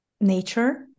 nature